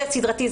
זה סדרתי,